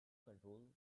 control